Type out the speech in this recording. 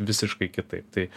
visiškai kitaip tai